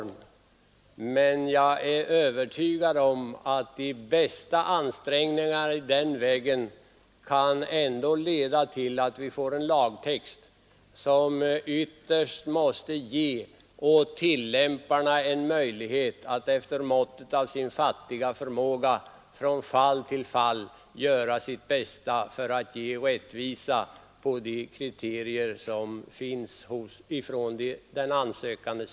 Men jag är övertygad om att de bästa ansträngningar i den vägen ändå kan leda till att vi får en lagtext som ytterst måste ge tillämparna möjlighet att efter måttet av sin fattiga förmåga från fall till fall göra sitt bästa för att rättvist bedöma de kriterier som anges av den ansökande.